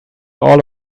all